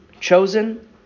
chosen